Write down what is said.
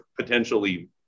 potentially